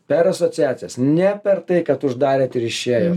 per asociacijas ne per tai kad uždarėt ir išėjot